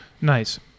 Nice